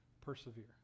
persevere